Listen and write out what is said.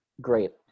great